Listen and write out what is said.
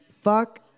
fuck